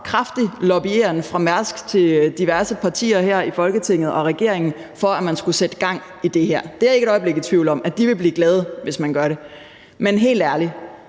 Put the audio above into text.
kraftig lobbyeren fra Mærsk til diverse partier her i Folketinget og regeringen for, at man skulle sætte gang i det her, og jeg er ikke et øjeblik i tvivl om, at de vil blive glade, hvis man gør det. Men helt ærligt: